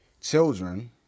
children